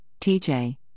TJ